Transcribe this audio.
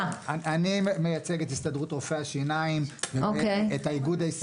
אני מייצג את הסתדרות רופאי השיניים, ואת האיגוד.